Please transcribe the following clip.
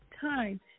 time